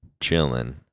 chilling